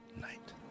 night